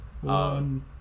One